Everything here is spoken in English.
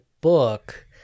book